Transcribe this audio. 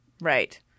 Right